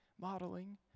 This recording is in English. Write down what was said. modeling